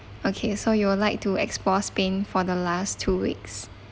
okay so you will like to explore spain for the last two weeks